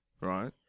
right